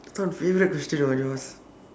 this one favorite question [what] yours